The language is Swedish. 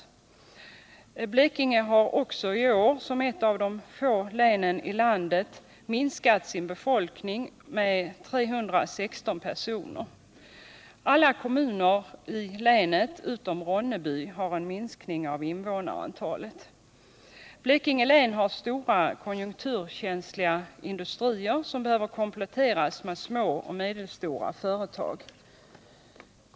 Länet har också i år som ett av de få länen i landet minskat sin befolkning med hittills 316 personer. Alla kommuner i länet utom Ronneby har en minskning av invånarantalet. Länet har stora konjunkturkänsliga industrier, som behöver kompletteras med små och medelstora företag.